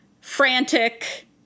frantic